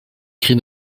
cri